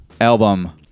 album